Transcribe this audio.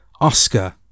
Oscar